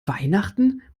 weihnachten